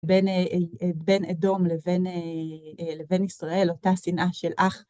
בין אדום לבין ישראל, אותה שנאה של אח.